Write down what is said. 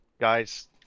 Guys